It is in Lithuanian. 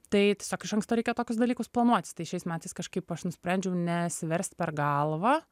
tai tiesiog iš anksto reikia tokius dalykus planuotis tai šiais metais kažkaip aš nusprendžiau nesiverst per galvą